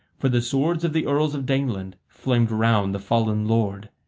for the swords of the earls of daneland flamed round the fallen lord.